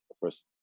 first